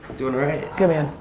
doing alright. good, man.